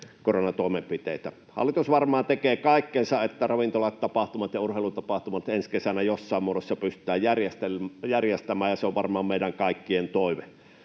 hallitusti edelleen. Hallitus varmaan tekee kaikkensa, että ravintolat, tapahtumat ja urheilutapahtumat ensi kesänä jossain muodossa pystytään järjestämään, ja se on varmaan meidän kaikkien toive.